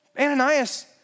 Ananias